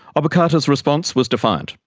obokata's response was defiant,